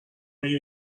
های